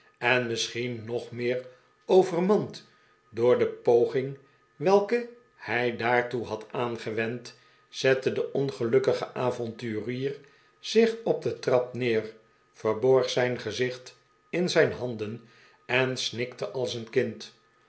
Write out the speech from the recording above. en misschien nog meer overmand'door de poging welke hij daartoe had aangewend zette de ongelukkige avonturier zich op de trap neer verborg zijn gezicht in zijn handen en snikte als een kind